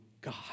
God